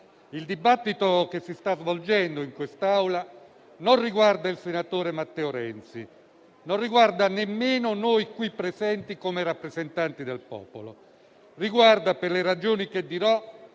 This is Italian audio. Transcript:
Il dibattito che si sta svolgendo in quest'Aula non riguarda il senatore Matteo Renzi, e non riguarda nemmeno noi qui presenti come rappresentanti del popolo. Riguarda, per le ragioni che dirò,